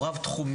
הוא רב תחומי,